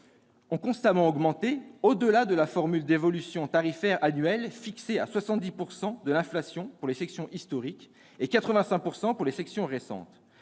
ont constamment augmenté, au-delà même de la formule d'évolution tarifaire annuelle fixée à 70 % de l'inflation, pour les sections historiques, et à 85 %, pour les sections récentes.